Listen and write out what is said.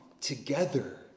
together